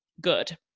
good